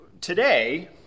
Today